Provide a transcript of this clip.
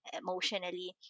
emotionally